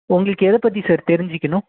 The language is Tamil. உங்களுக்கு எதை பற்றி சார் தெரிஞ்சுக்கணும்